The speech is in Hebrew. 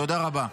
תודה רבה.